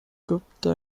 gupta